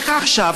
איך עכשיו,